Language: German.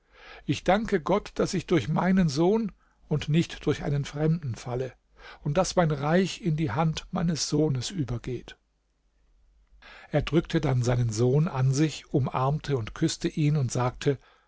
ich danke gott daß ich durch meinen sohn und nicht durch einen fremden falle und daß mein reich in die hand meines sohnes übergeht er drückte dann seinen sohn an sich umarmte und küßte ihn und sagte